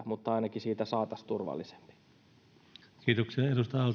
mutta ainakin siitä saataisiin turvallisempi